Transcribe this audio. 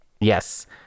Yes